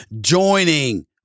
joining